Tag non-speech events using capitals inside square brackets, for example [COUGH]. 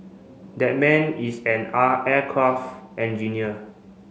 that man is an [UNINTELLIGIBLE] aircraft engineer